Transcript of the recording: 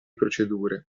procedure